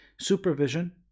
Supervision